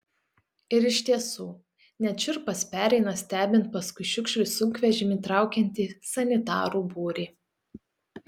ir iš tiesų net šiurpas pereina stebint paskui šiukšlių sunkvežimį traukiantį sanitarų būrį